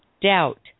doubt